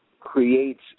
creates